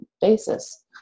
basis